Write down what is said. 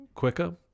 quicker